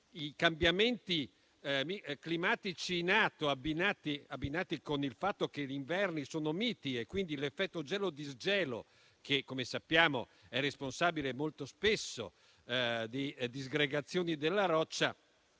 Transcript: i cambiamenti climatici in atto, abbinati al fatto che gli inverni sono miti e quindi l'effetto gelo-disgelo, che, come sappiamo, molto spesso è responsabile di disgregazioni della roccia,